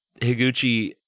Higuchi